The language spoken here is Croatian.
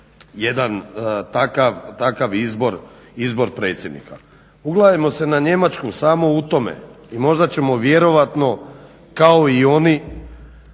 jedan takav izbor predsjednika. Ugledajmo se na Njemačku samo u tome i možda ćemo vjerojatno kao i oni